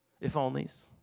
if-onlys